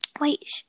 Wait